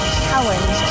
challenge